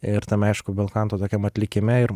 ir tame aišku belkanto tokiam atlikime ir